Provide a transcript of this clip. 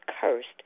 cursed